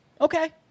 Okay